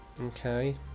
Okay